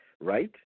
right